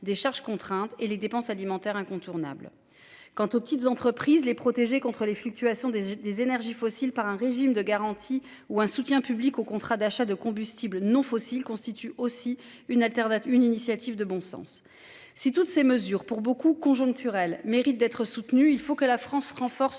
des charges contraintes et les dépenses alimentaires incontournable. Quant aux petites entreprises les protéger contre les fluctuations des des énergies fossiles par un régime de garantie ou un soutien public aux contrats d'achat de combustibles non fossiles constituent aussi une alternative, une initiative de bon sens si toutes ces mesures pour beaucoup conjoncturel mérite d'être soutenue. Il faut que la France renforce